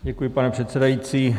Děkuji, pane předsedající.